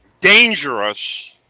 dangerous